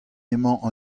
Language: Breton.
emañ